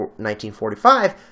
1945